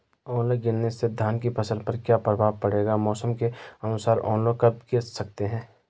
ओले गिरना से धान की फसल पर क्या प्रभाव पड़ेगा मौसम के अनुसार ओले कब गिर सकते हैं?